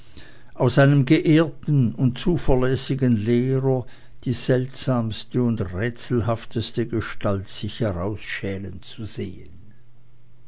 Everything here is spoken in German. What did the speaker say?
aus einem geehrten und zuverlässigen lehrer die seltsamste und rätselhafteste gestalt sich herausschälen zu sehen